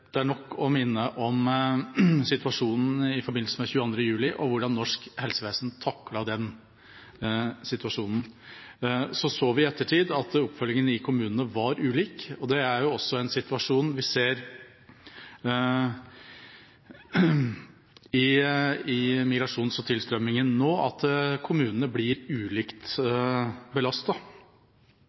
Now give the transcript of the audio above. Det er nok å minne om 22. juli og hvordan norsk helsevesen taklet den situasjonen. Vi så i ettertid at oppfølgingen i kommunene var ulik. Det er også en situasjon vi ser i forbindelse med migrasjonstilstrømningen nå, at kommunene blir ulikt